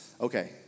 Okay